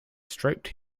striped